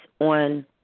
on